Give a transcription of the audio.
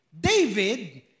David